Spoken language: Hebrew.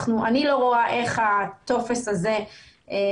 אני לא רואה איך הטופס הזה מסייע,